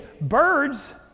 Birds